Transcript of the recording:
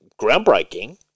groundbreaking